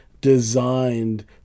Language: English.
designed